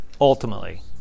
ultimately